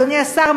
אדוני השר,